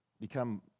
become